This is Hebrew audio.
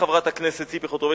חברת הכנסת ציפי חוטובלי,